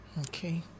Okay